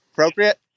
Appropriate